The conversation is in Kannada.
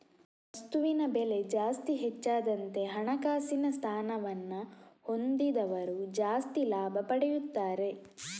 ವಸ್ತುವಿನ ಬೆಲೆ ಜಾಸ್ತಿ ಹೆಚ್ಚಾದಂತೆ ಹಣಕಾಸಿನ ಸ್ಥಾನವನ್ನ ಹೊಂದಿದವರು ಜಾಸ್ತಿ ಲಾಭ ಪಡೆಯುತ್ತಾರೆ